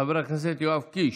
חבר הכנסת יואב קיש.